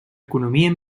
economia